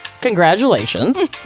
congratulations